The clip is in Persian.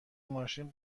ماشین